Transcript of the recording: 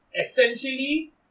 essentially